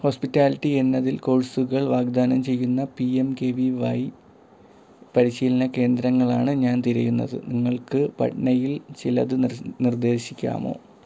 hospitality എന്നതിൽ കോഴ്സുകൾ വാഗ്ദാനം ചെയ്യുന്ന P M K V Y പരിശീലന കേന്ദ്രങ്ങളാണ് ഞാൻ തിരയുന്നത് നിങ്ങൾക്ക് പട്നയിൽ ചിലത് നിർദ്ദേശിക്കാമോ